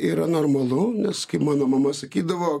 yra normalu nes kaip mano mama sakydavo